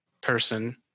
person